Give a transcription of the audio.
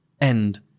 end